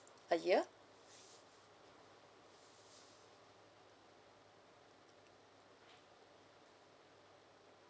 a year